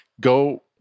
go